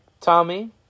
Tommy